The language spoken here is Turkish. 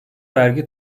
vergi